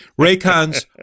Raycons